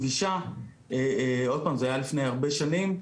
פשוט מבישה ועוד פעם, זה היה לפני הרבה שנים.